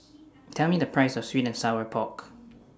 Tell Me The Price of Sweet and Sour Pork